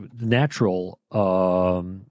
natural